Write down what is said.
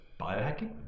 biohacking